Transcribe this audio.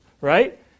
right